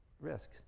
risks